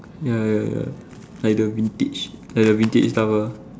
ya like the vintage like the vintage stuff ah